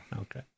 Okay